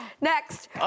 next